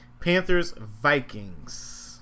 Panthers-Vikings